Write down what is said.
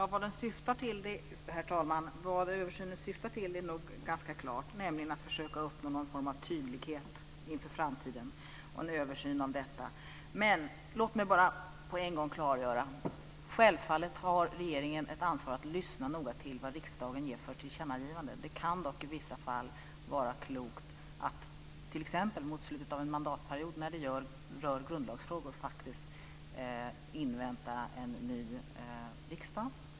Herr talman! Vad översynen syftar till är nog ganska klart, nämligen till att försöka uppnå någon form av tydlighet inför framtiden och en översyn av detta. Låt mig bara på en gång klargöra att regeringen självfallet har ett ansvar för att noga lyssna till vad riksdagen ger för tillkännagivanden. Det kan dock i vissa fall vara klokt, t.ex. mot slutet av en mandatperiod när det rör grundlagsfrågar, att faktiskt invänta en ny riksdag.